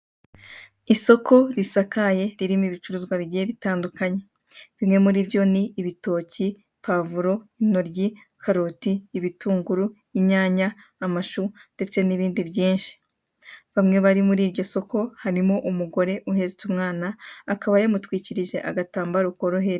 Kuri iyi shusho ya gatatu ndabona ibinyabiziga by'abashinzwe umutekano wo mu Rwanda, ikinyabiziga kimwe gifite ikarita y'ikirango k'ibinyabiziga, gifite inyuguti ra na pa nomero magana abiri